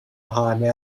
time